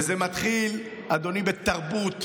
וזה מתחיל, אדוני, בתרבות,